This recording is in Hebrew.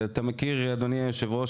אדוני היושב ראש,